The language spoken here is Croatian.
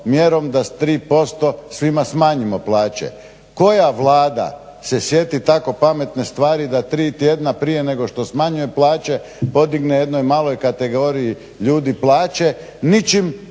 da s 3% svima smanjimo plaće. Koja Vlada se sjeti tako pametne stvari da tri tjedna prije nego što smanjuje plaće podigne jednoj maloj kategoriji ljudi plaće